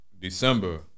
December